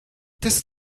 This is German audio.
des